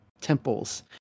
temples